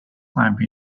climb